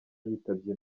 yitabye